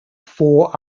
four